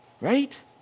right